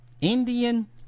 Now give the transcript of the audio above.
Indian